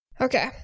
Okay